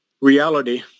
reality